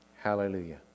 Hallelujah